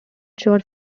short